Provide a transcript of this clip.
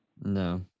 No